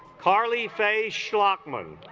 carly face lachman